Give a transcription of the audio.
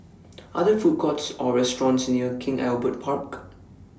Are There Food Courts Or restaurants near King Albert Park